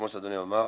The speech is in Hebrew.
כמו שאדוני אמר,